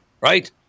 right